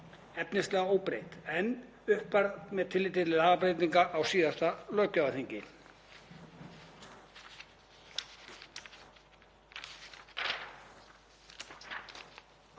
efnislega óbreytt en uppfært með tilliti til lagabreytinga á síðasta löggjafarþingi.